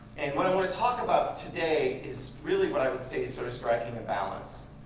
and what i want to talk about today is really what i would say sort of striking a balance,